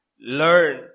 learn